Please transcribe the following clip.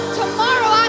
tomorrow